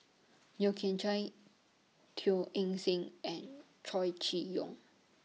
Yeo Kian Chye Teo Eng Seng and Chow Chee Yong